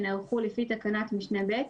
שנערכו לפי תקנת משנה (ב),